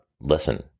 listen